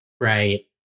right